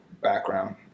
background